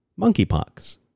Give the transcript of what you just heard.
monkeypox